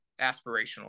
aspirational